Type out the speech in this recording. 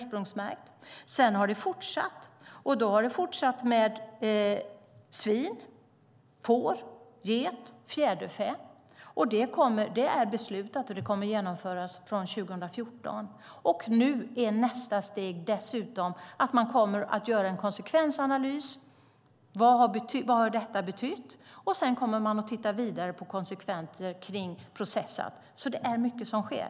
Sedan har det fortsatt med svin, får, get och fjäderfä. Det är beslutat och kommer att införas 2014. Nästa steg är att man kommer att göra en konsekvensanalys av vad detta har betytt. Sedan kommer man att titta vidare på konsekvenser av processat. Det är alltså mycket som sker.